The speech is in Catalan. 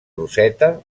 roseta